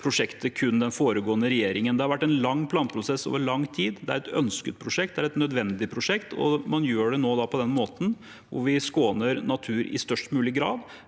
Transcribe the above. Det har vært en lang planprosess over lang tid. Det er et ønsket prosjekt. Det er et nødvendig prosjekt, og vi gjør det på den måten hvor vi skåner natur i størst mulig grad,